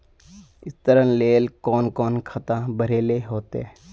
ऋण लेल कोन कोन खाता भरेले होते?